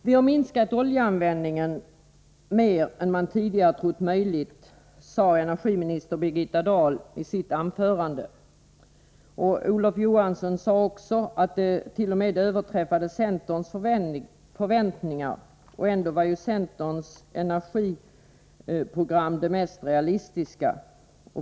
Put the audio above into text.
Vi har minskat oljeanvändningen mer än man tidigare trott vara möjligt, sade energiminister Birgitta Dahli sitt anförande. Olof Johansson sade också att detta t.o.m. överträffade centerns förväntningar, trots att centerns prognoser var de mest realistiska.